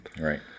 Right